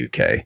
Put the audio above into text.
UK